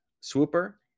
Swooper